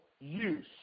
use